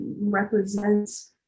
represents